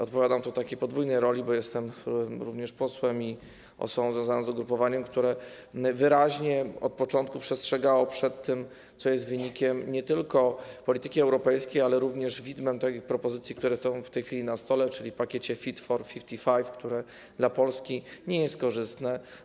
Odpowiadam tu w podwójnej roli, bo jestem również posłem i osobą związaną z ugrupowaniem, które wyraźnie od początku przestrzegało przed tym, co jest wynikiem nie tylko polityki europejskiej, ale również widmem tych propozycji, które są w tej chwili na stole, czyli pakiet Fit for 55, który dla Polski nie jest korzystny.